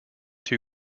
two